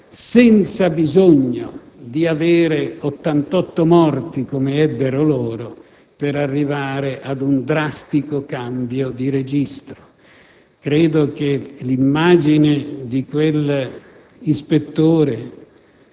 il modello inglese è molto citato), senza bisogno di avere 88 morti come in Inghilterra per arrivare a un drastico cambio di registro.